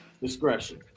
discretion